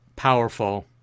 Powerful